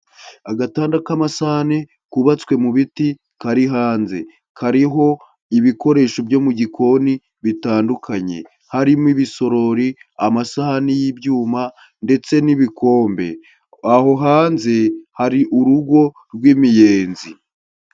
Agatanda k'amasahani kubatswe mu biti kari hanze kariho ibikoresho byo mu gikoni bitandukanye: harimo ibisorori, amasahani y'ibyuma ndetse n'ibikombe, aho hanze hari urugo rw'imiyenzi.